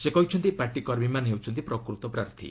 ସେ କହିଛନ୍ତି ପାର୍ଟି କର୍ମୀମାନେ ହେଉଛନ୍ତି ପ୍ରକୂତ ପ୍ରାର୍ଥୀ